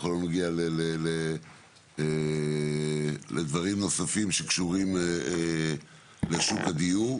בכל הנוגע לדברים נוספים שקשורים לשוק הדיור.